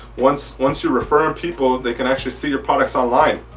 once once you're referring people they can actually see your products online.